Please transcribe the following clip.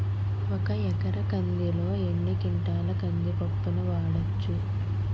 ఒక ఎకర కందిలో ఎన్ని క్వింటాల కంది పప్పును వాడచ్చు?